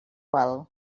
val